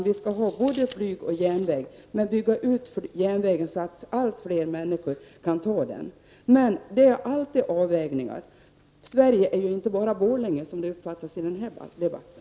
Vi skall ha både flyg och järnväg men bygga ut järnvägen så att allt flera människor kan utnyttja den. Det är alltid fråga om avvägningar. Sverige består inte bara av Borlänge som det verkar av denna debatt.